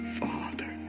father